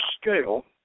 scale